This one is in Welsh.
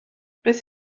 beth